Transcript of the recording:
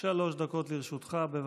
שלוש דקות לרשותך, בבקשה.